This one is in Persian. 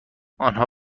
آنها